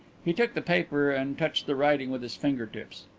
he took the paper and touched the writing with his finger-tips.